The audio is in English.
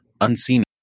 unseen